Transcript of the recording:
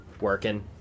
working